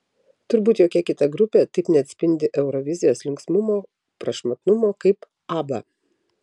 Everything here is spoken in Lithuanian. turbūt jokia kita grupė taip neatspindi eurovizijos linksmumo prašmatnumo kaip abba